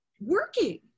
Working